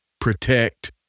protect